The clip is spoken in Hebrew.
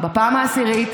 בפעם העשירית,